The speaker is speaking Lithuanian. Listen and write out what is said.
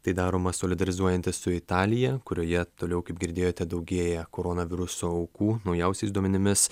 tai daroma solidarizuojantis su italija kurioje toliau kaip girdėjote daugėja koronaviruso aukų naujausiais duomenimis